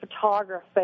photography